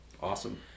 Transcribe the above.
Awesome